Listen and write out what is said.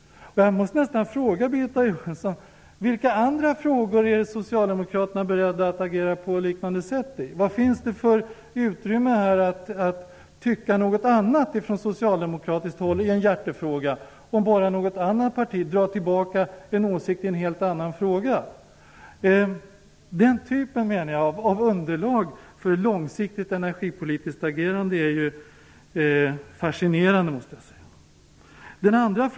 Jag måste fråga Birgitta Johansson vilka andra frågor socialdemokraterna är beredda att agera på liknande sätt i. Finns det utrymme att tycka något annat i en hjärtefråga från socialdemokratiskt håll om bara något annat parti drar tillbaka en åsikt i en helt annan fråga? Den typen av underlag för långsiktigt energipolitiskt agerande är fascinerande, måste jag säga. Herr talman!